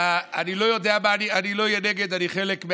אני לא יודע מה אני, אני לא אהיה נגד, אני חלק.